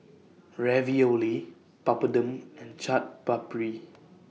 Ravioli Papadum and Chaat Papri